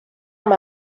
amb